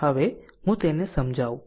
હવે હું તેને સમજાવું